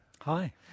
Hi